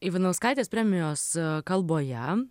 ivanauskaitės premijos kalboje